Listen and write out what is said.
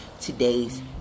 today's